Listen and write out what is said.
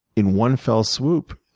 in one fell swoop,